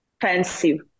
fancy